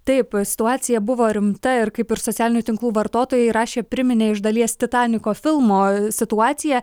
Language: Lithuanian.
taip situacija buvo rimta ir kaip ir socialinių tinklų vartotojai rašė priminė iš dalies titaniko filmo situaciją